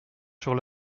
sur